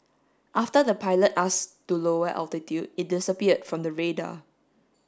after the pilot ask to lower altitude it disappeared from the radar